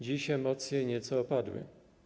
Dziś emocje nieco opadły.